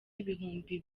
ibihumbi